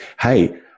Hey